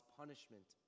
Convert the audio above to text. punishment